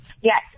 Yes